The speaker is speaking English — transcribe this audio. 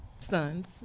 sons